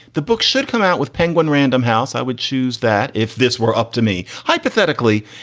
the book should come out with penguin random house. i would choose that if this were up to me. hypothetically,